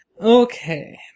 Okay